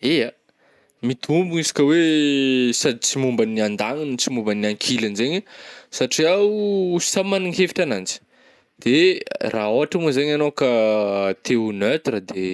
Ya, mitombona izy ka hoe sady tsy momba ny andagniny no tsy momba ny ankilagny zegny satria oh, samy magnana hevitra ananjy de raha ôhatra mo zegny agnao ka te ho neutre de